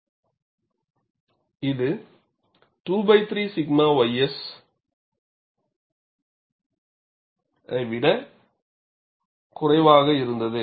இது 2 3 𝛔 ys அதை விட குறைவாக இருந்தது